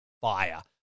fire